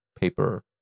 paper